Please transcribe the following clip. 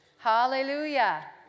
Hallelujah